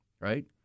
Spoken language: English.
Right